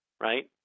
right